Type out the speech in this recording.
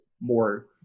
more